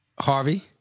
Harvey